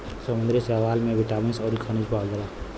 समुंदरी शैवाल में बिटामिन अउरी खनिज पावल जाला